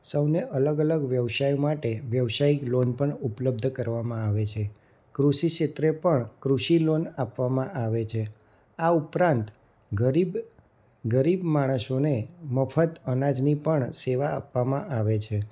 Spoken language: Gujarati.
સૌને અલગ અલગ વ્યવસાય માટે વ્યવસાય લોન પણ ઉપલબદ્ધ કરવામાં આવે છે કૃષિ ક્ષેત્રે પણ કૃષિ લોન આપવામાં આવે છે આ ઉપરાંત ગરીબ ગરીબ માણસોને મફત અનાજની પણ સેવા આપવામાં આવે છે